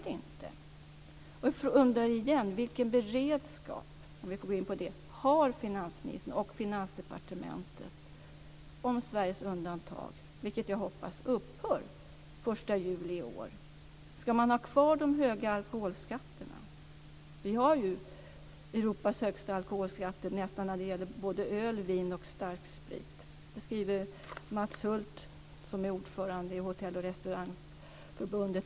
Jag undrar igen: Vilken beredskap, om jag får gå in på det, har finansministern och Finansdepartementet om Sveriges undantag, vilket jag hoppas, upphör den 1 juli i år? Ska man ha kvar de höga alkoholskatterna? Vi har ju nästan Europas högsta alkoholskatter när det gäller både öl, vin och starksprit. Det skriver Mats Hult som är ordförande i Hotell och restaurangförbundet.